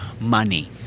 money